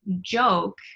joke